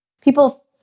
people